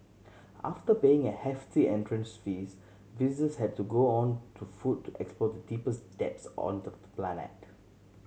after paying a hefty entrance fees visitors had to go on to foot to explore the deepest depths on the planet